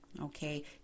Okay